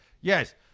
Yes